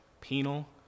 penal